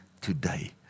today